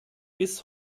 bis